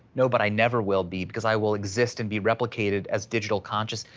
no, but i never will be because i will exist and be replicated as digital conscious.